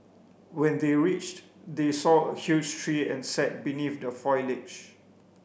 when they reached they saw a huge tree and sat beneath the foliage